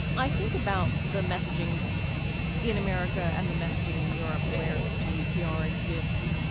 i think about the messaging in america and the messaging in europe where dpr exists.